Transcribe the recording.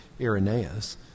Irenaeus